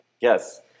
Yes